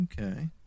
Okay